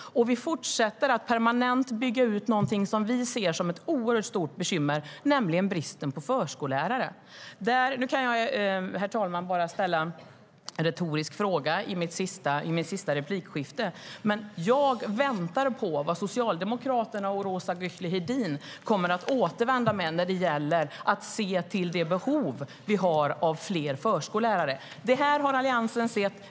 Och vi fortsätter att bygga ut någonting permanent. Det handlar om något som vi ser som ett oerhört stort bekymmer, nämligen bristen på förskollärare. Det här har Alliansen sett.